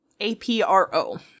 apro